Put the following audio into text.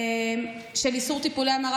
של איסור טיפולי המרה,